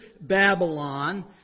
Babylon